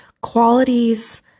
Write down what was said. qualities